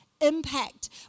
impact